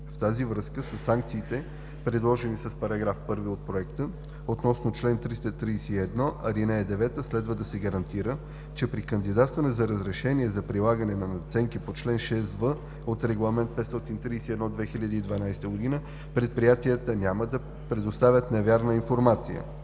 В тази връзка със санкцията, предложена с § 1 от Проекта относно чл. 331, ал. 9, следва да се гарантира, че при кандидатстване за разрешение за прилагане на надценки по чл. 6в от Регламент (ЕС) № 531/2012 предприятията няма да предоставят невярна информация.